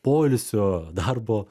poilsio darbo